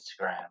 Instagram